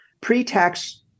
Pre-tax